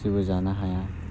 जेबो जानो हाया